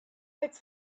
its